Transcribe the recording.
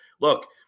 Look